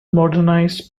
modernised